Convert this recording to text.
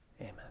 Amen